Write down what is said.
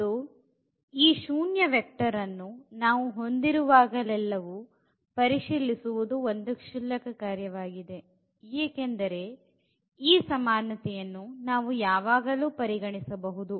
ಮತ್ತು ಈ ಶೂನ್ಯ ವೆಕ್ಟರ್ ಅನ್ನು ನಾವು ಹೊಂದಿರುವಾಗಲೆಲ್ಲಾ ಪರಿಶೀಲಿಸುವುದು ಒಂದು ಕ್ಷುಲ್ಲಕ ಕಾರ್ಯವಾಗಿದೆ ಏಕೆಂದರೆ ಈ ಸಮಾನತೆಯನ್ನು ನಾವು ಯಾವಾಗಲೂ ಪರಿಗಣಿಸಬಹುದು